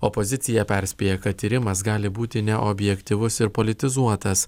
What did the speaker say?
opozicija perspėja kad tyrimas gali būti neobjektyvus ir politizuotas